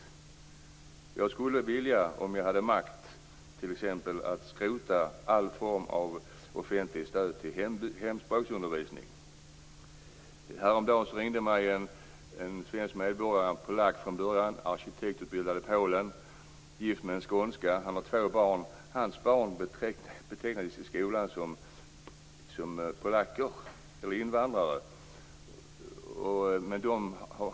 Om jag hade makt skulle jag t.ex. vilja skrota all form av offentligt stöd till hemspråksundervisning. Häromdagen ringde en svensk medborgare till mig. Han är polack från början, arkitektutbildad i Polen och gift med en skånska. Han har två barn. De betecknas i skolan som polacker eller invandrare.